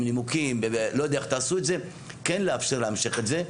עם נימוקים כן לאפשר להמשיך את זה.